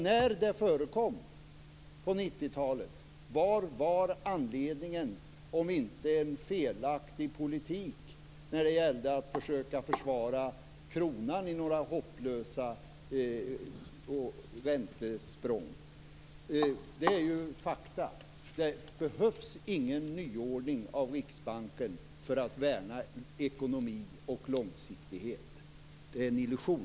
När det förekom på 90-talet, vad var anledningen, om inte en felaktig politik när det gällde att försöka försvara kronan i några hopplösa räntesprång. Detta är ju fakta. Det behövs ingen nyordning av Riksbanken för att värna ekonomi och långsiktighet. Det är en illusion.